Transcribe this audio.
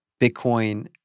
Bitcoin